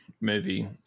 movie